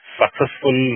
successful